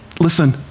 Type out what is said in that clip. listen